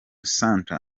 centre